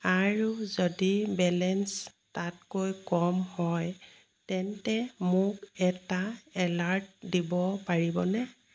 আৰু যদি বেলেঞ্চ তাতকৈ কম হয় তেন্তে মোক এটা এলাৰ্ট দিব পাৰিবনে